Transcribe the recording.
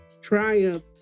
triumph